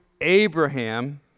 Abraham